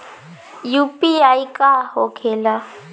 UPI का होखेला?